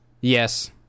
yes